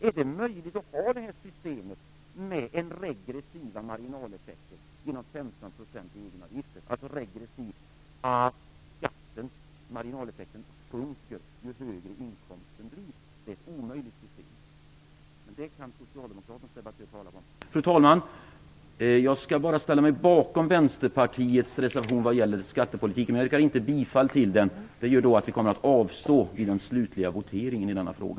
Är det möjligt att ha ett system med regressiva marginaleffekter genom 15 % egenavgifter, dvs. att marginaleffekten blir mindre och skatten sjunker ju högre inkomsten blir? Det är ett omöjligt system, men det kan socialdemokraternas debattörer tala om. Fru talman! Jag ställer mig bakom Vänsterpartiets reservation vad gäller skattepolitiken, men jag yrkar inte bifall till den. Det gör att vi kommer att avstå från en slutlig votering i denna fråga.